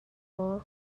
maw